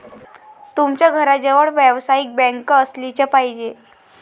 तुमच्या घराजवळ व्यावसायिक बँक असलीच पाहिजे